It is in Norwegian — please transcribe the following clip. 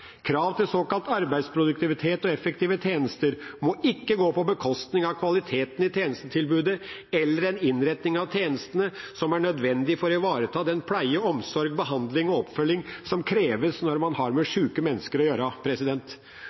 Krav til såkalt arbeidsproduktivitet og effektive tjenester må ikke gå på bekostning av kvaliteten i tjenestetilbudet eller en innretting av tjenestene som er nødvendig for å ivareta den pleie, omsorg, behandling og oppfølging som kreves når man har med syke mennesker å gjøre.